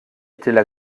étaient